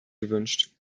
gewünscht